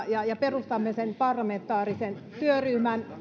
ja ja perustamme sen parlamentaarisen työryhmän